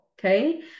Okay